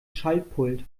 schaltpult